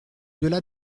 delà